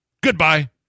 Goodbye